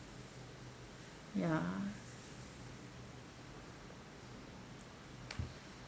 ya